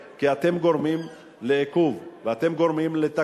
אל תעקפו בכבישים האלה כי אתם גורמים לעיכוב ואתם גורמים לתקלות.